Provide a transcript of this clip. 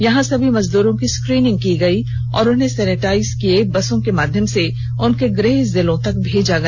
यहां सभी मजदूरों की स्क्रीनिंग की गयी और उन्हें सेनिटाइज किये बसों के माध्यम से उनके गृह जिले तक भेजा गया